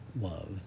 love